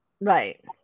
right